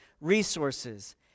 resources